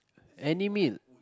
any meal